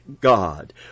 God